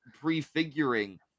prefiguring